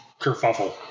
kerfuffle